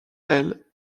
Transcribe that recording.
elle